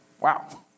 Wow